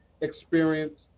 experience